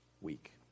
week